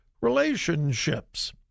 relationships